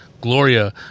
Gloria